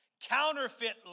Counterfeit